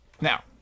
Now